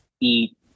eat